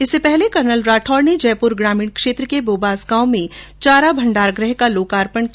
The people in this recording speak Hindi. इससे पहले कर्नल राठौड़ ने जयपुर ग्रामीण क्षेत्र के बोबास गांव में चारा भंडारगृह का लोकार्पण किया